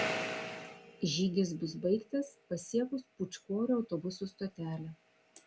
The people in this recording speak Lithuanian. žygis bus baigtas pasiekus pūčkorių autobusų stotelę